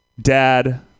dad